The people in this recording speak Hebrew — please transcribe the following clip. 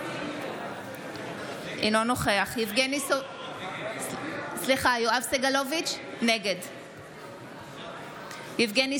נגד יבגני סובה, נגד צבי ידידיה